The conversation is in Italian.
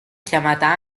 chiamata